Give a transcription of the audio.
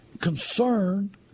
concern